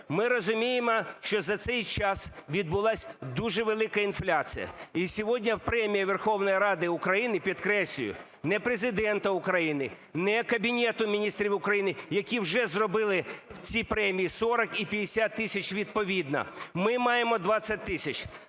ми розуміємо, що за цей час відбулась дуже велика інфляція, і сьогодні Премія Верховної Ради України, підкреслюю, не Президента України, не Кабінету Міністрів України, які вже зробили ці премії 40 і 50 тисяч відповідно, ми маємо 20 тисяч.